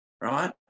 right